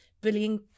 bullying